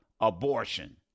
abortion